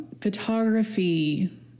photography